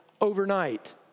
overnight